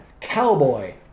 cowboy